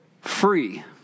free